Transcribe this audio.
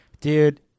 Dude